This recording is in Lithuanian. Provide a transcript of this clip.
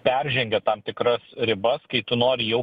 peržengia tam tikras ribas kai tu nori jau